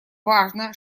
важно